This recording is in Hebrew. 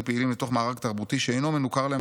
פעילים לתוך מארג תרבותי שאינו מנוכר להם,